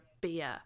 beer